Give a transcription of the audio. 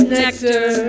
nectar